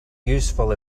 useful